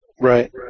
Right